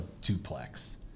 duplex